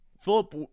Philip